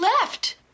left